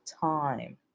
time